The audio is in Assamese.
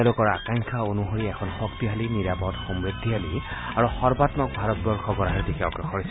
তেওঁলোকৰ আকাংক্ষা অনুসৰি এখন শক্তিশালী নিৰাপদ সমৃদ্ধিশালী আৰু সৰ্বাঘক ভাৰতবৰ্ষ গঢ়াৰ দিশে অগ্ৰসৰ হৈছে